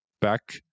back